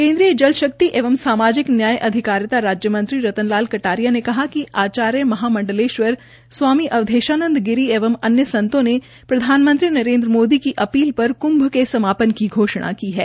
केन्द्रीय जल शक्ति एंव सामाजिक न्याय अधिकारिता राज्यमंत्री रतनलाल कटारिया ने कहा कि आचार्य महामंडलेश्वर स्वामी अवधेशानंद गिरी एवं अन्य संतों ने प्रधानमंत्री नरेन्द्र मोदी की अपील पर कुंभ के समाप्न की घोषणा की है